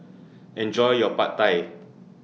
Enjoy your Pad Thai